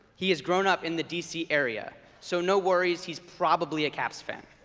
he has grown up in the dc area. so no worries. he's probably a caps fan